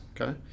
Okay